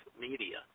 media